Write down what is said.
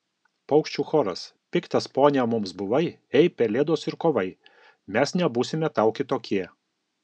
paukščių choras piktas pone mums buvai ei pelėdos ir kovai mes nebūsime tau kitokie